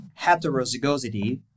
heterozygosity